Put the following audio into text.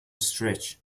stretch